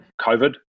COVID